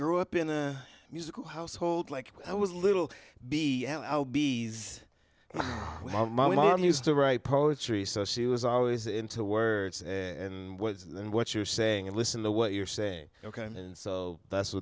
grew up in a musical household like i was little b l b's my mom used to write poetry so she was always into words and words and what you're saying and listen to what you're saying ok and so that's